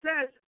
says